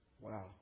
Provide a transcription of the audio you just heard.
Wow